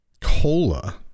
COLA